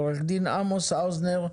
עורך-דין עמוס האוזר,